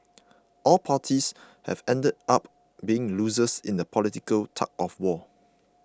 all parties have ended up being losers in the political tug of war